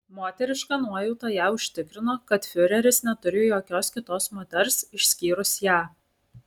moteriška nuojauta ją užtikrino kad fiureris neturi jokios kitos moters išskyrus ją